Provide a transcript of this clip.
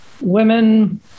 women